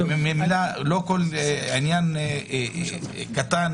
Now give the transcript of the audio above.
וממילא לא כל עניין קטן,